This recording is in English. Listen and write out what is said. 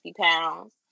pounds